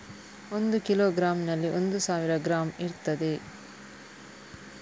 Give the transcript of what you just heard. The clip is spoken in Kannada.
ಒಂದು ಕಿಲೋಗ್ರಾಂನಲ್ಲಿ ಒಂದು ಸಾವಿರ ಗ್ರಾಂ ಇರ್ತದೆ